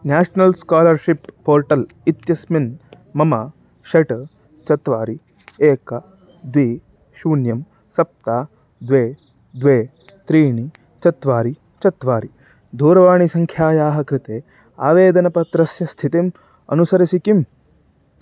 national scholarship portal इत्यस्मिन् मम षट् चत्वारि एकं द्वि शून्यं सप्त द्वे द्वे त्रीणि चत्वारि चत्वारि दूरवाणीसङ्ख्यायाः कृते आवेदनपत्रस्य स्थितिम् अनुसरसि किम्